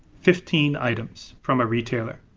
fifteen items from a retailer,